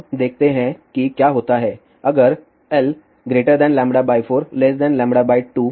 अब देखते हैं कि क्या होता है अगर λ 4 l λ 2